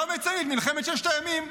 לא מציינים את מלחמת ששת הימים,